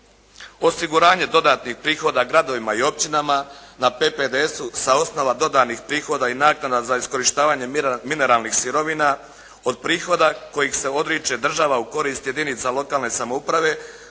Osiguranje dodatnih prihoda gradovima i općinama na PPDS-u sa osnova dodanih prihoda i naknada za iskorištavanje mineralnih sirovina od prihoda kojih se odriče država u korist jedinica lokalne samouprave,